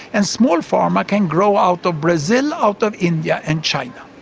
and small pharma can grow out of brazil, out of india and china.